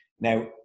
Now